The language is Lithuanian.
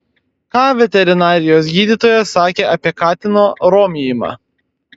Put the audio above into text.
ką veterinarijos gydytojas sakė apie katino romijimą